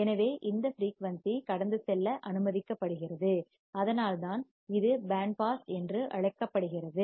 எனவே இந்த ஃபிரீயூன்சி கடந்து செல்ல அனுமதிக்கப்படுகிறது அதனால்தான் இது பேண்ட் பாஸ் என்று அழைக்கப்படுகிறது